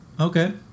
Okay